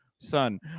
son